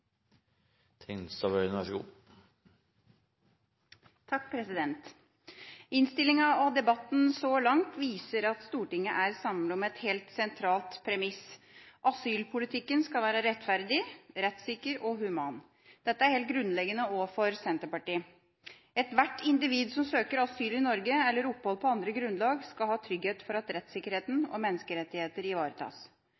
og debatten så langt viser at Stortinget er samlet om et helt sentralt premiss: Asylpolitikken skal være rettferdig, rettssikker og human. Dette er helt grunnleggende også for Senterpartiet. Ethvert individ som søker asyl i Norge, eller opphold på andre grunnlag, skal ha trygghet for at rettssikkerheten